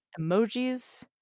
emojis